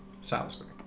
Salisbury